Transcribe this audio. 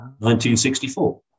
1964